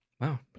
Wow